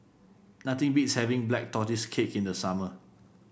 nothing beats having Black Tortoise Cake in the summer